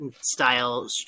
style